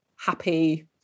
happy